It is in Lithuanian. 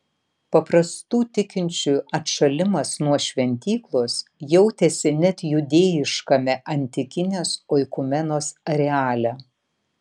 paprastų tikinčiųjų atšalimas nuo šventyklos jautėsi net judėjiškame antikinės oikumenos areale